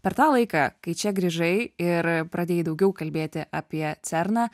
per tą laiką kai čia grįžai ir pradėjai daugiau kalbėti apie cerną